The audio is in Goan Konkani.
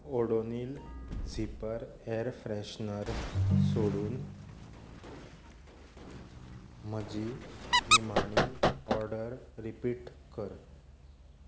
ओडोनील झिपर एर फ्रॅशनर सोडून म्हजी निमाणी ऑर्डर रिपीट कर